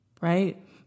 right